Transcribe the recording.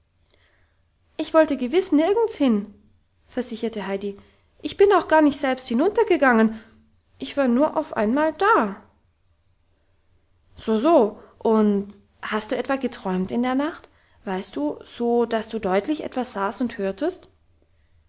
ich wollte gewiss nirgends hin versicherte heidi ich bin auch gar nicht selbst hinuntergegangen ich war nur auf einmal da so so und hast du etwa geträumt in der nacht weißt du so dass du deutlich etwas sahst und hörtest